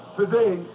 today